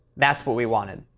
that's what we wanted.